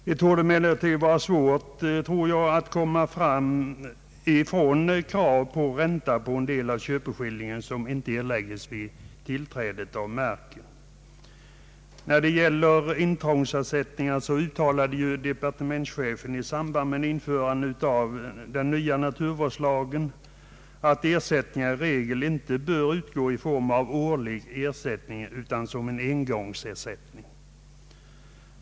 Det torde emellertid vara svårt att komma ifrån krav på ränta på del av köpeskillingen som inte erlägges vid tillträdet till marken. Beträffande intrångsersättningar uttalade ju departementschefen i samband med införandet av den nya naturvårdslagen att ersättningar i regel inte bör utgå i form av årliga belopp utan som en engångsersättning.